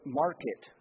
market